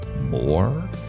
more